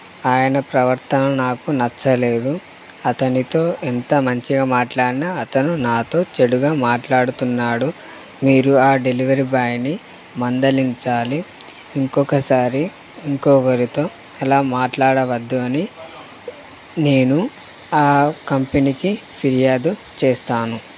ఆయన ప్రవర్తన నాకు నచ్చలేదు అతనితో ఎంత మంచిగా మాట్లాడిన అతను నాతో చెడుగా మాట్లాడుతున్నాడు మీరు ఆ డెలివరీ బాయ్ని మందలించాలి ఇంకొకసారి ఇంకొకరితో అలా మాట్లాడవద్దు అని నేను ఆ కంపెనీకి ఫిర్యాదు చేస్తాను